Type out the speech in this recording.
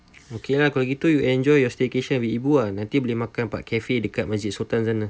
okay lah kalau gitu you enjoy your staycation with ibu nanti boleh makan kat cafe kat masjid sultan sana